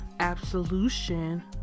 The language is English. absolution